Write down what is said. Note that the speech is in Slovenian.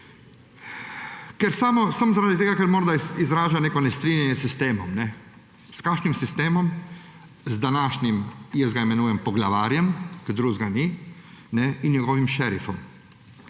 in to samo zaradi tega, ker morda izraža neko nestrinjanje s sistemom. S kakšnim sistemom? Z današnjim, jaz ga imenujem poglavarjem, ker drugega ni, in njegovim šerifom.